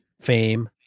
fame